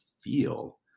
feel